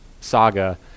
saga